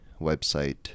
website